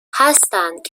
هستند